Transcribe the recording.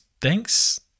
thanks